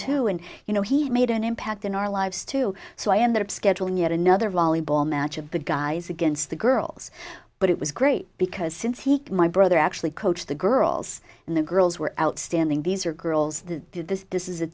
too and you know he made an impact in our lives too so i ended up scheduling yet another volleyball match of the guys against the girls but it was great because since he came my brother actually coached the girls and the girls were outstanding these are girls that did this this is a